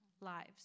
lives